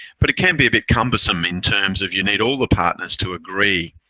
but it can be a bit cumbersome in terms of you need all the partners to agree,